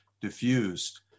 diffused